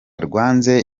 rwanze